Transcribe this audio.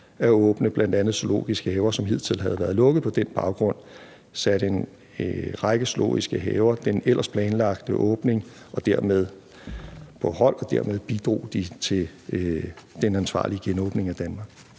at åbne bl.a. zoologiske haver, som hidtil havde været lukket. På den baggrund satte en række zoologiske haver den ellers planlagte åbning på hold, og dermed bidrog de til den ansvarlige genåbning af Danmark.